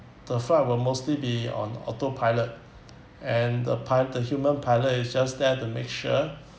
the flight will mostly be on autopilot and the pi~ the human pilot is just there to make sure